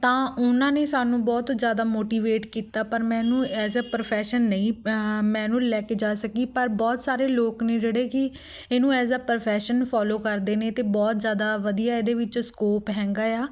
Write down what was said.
ਤਾਂ ਉਹਨਾਂ ਨੇ ਸਾਨੂੰ ਬਹੁਤ ਜ਼ਿਆਦਾ ਮੋਟੀਵੇਟ ਕੀਤਾ ਪਰ ਮੈਨੂੰ ਐਜ਼ ਏ ਪ੍ਰੋਫੈਸ਼ਨ ਨਹੀਂ ਮੈਂ ਇਹਨੂੰ ਲੈ ਕੇ ਜਾ ਸਕੀ ਪਰ ਬਹੁਤ ਸਾਰੇ ਲੋਕ ਨੇ ਜਿਹੜੇ ਕਿ ਇਹਨੂੰ ਐਜ਼ ਏ ਪ੍ਰੋਫੈਸ਼ਨ ਫੋਲੋ ਕਰਦੇ ਨੇ ਅਤੇ ਬਹੁਤ ਜ਼ਿਆਦਾ ਵਧੀਆ ਇਹਦੇ ਵਿੱਚ ਸਕੋਪ ਹੈਗਾ ਆ